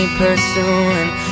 pursuing